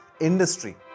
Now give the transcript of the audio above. industry